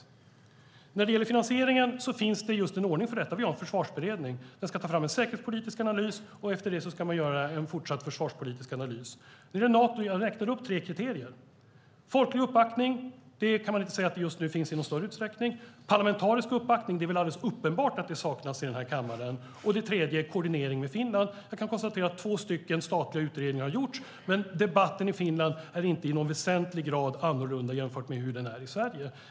När det gäller finansieringen finns det en ordning för detta. Vi har en försvarsberedning. Den ska göra en säkerhetspolitisk analys, och efter det ska man göra en fortsatt försvarspolitisk analys. När det gäller Nato räknade jag upp tre kriterier. Det första är folklig uppbackning, och någon sådan kan man inte säga att det just nu finns i någon större utsträckning. Parlamentarisk uppbackning är det andra kriteriet, och det är väl alldeles uppenbart att det saknas i den här kammaren. Det tredje kriteriet är koordinering med Finland. Jag kan konstatera att två statliga utredningar redan har gjorts, men debatten i Finland är inte i någon väsentlig grad annorlunda än den i Sverige.